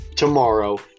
Tomorrow